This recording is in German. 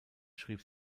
schrieb